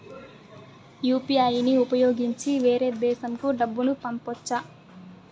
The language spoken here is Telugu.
యు.పి.ఐ ని ఉపయోగించి వేరే దేశంకు డబ్బును పంపొచ్చా?